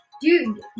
Dude